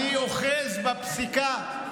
טוב, אני אוחז בפסיקה.